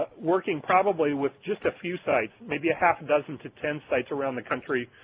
working probably with just a few sites, maybe a half a dozen to ten sites around the country.